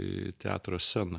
į teatro sceną